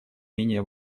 менее